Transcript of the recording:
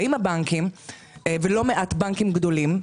באים הבנקים - ולא מעט בנקים גדולים,